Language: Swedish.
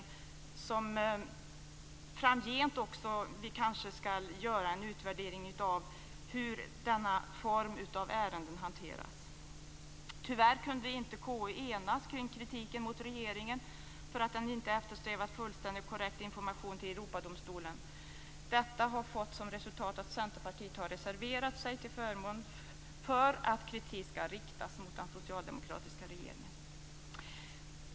Vi kanske framgent också skall göra en utvärdering av hur denna form av ärenden hanteras. Tyvärr kunde KU inte enas kring kritiken mot regeringen för att den inte eftersträvat fullständig och korrekt information till Europadomstolen. Detta har fått som resultat att Centerpartiet har reserverat sig till förmån för att kritik skall riktas mot den socialdemokratiska regeringen.